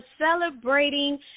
celebrating